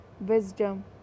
wisdom